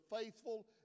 faithful